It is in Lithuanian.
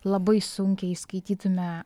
labai sunkiai įskaitytume